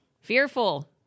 fearful